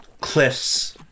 cliffs